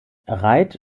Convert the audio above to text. reid